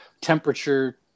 temperature